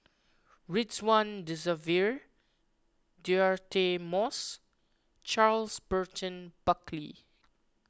Ridzwan Dzafir Deirdre Moss Charles Burton Buckley